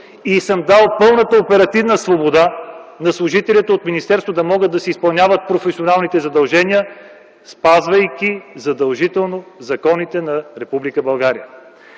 и съм дал пълна оперативна свобода на служителите от министерството, за да могат да си изпълняват професионалните задължения, спазвайки задължително законите на